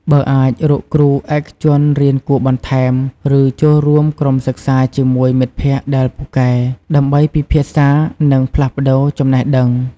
បើអាច រកគ្រូឯកជនរៀនគួរបន្ថែម ឬចូលរួមក្រុមសិក្សាជាមួយមិត្តភក្តិដែលពូកែ ដើម្បីពិភាក្សា និងផ្លាស់ប្តូរចំណេះដឹង។